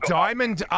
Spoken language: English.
diamond